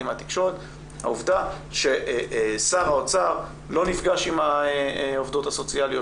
מהתקשורת העובדה ששר האוצר לא נפגש עם העובדות הסוציאליות,